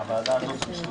הישיבה ננעלה בשעה